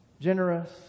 generous